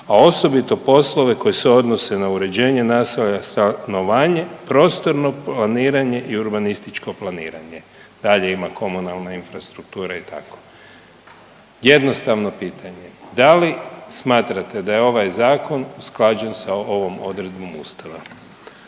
a osobito poslove koji se odnose na uređenje …/Govornik se ne razumije./… stanovanje, prostorno planiranje i urbanističko planiranje, dalje ima komunalna infrastruktura i tako. Jednostavno pitanje, da li smatrate da je ovaj zakon usklađen sa ovom odredbom ustava?